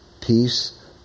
peace